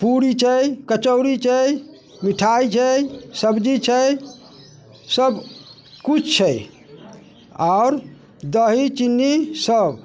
पूरी छै कचौड़ी छै मिठाइ छै सब्जी छै सब किछु छै आओर दही चिन्नी सब